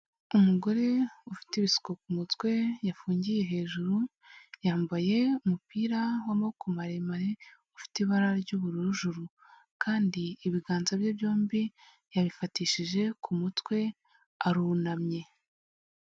Umugore ufite ibisuko ku mutwe yafungiye hejuru, yambaye umupira w'amaboko maremare ufite ibara ry'ubururu juru, kandi ibiganza bye byombi yabifatishije ku mutwe arunamye.